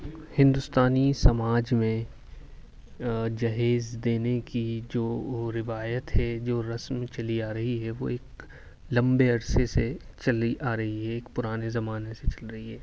ہندوستانی سماج میں جہیز دینے کی جو روایت ہے جو رسم چلی آ رہی ہے وہ ایک لمبے عرصے سے چلی آ رہی ہے ایک پرانے زمانے سے چل رہی ہے